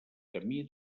camí